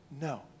No